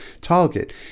target